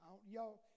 Y'all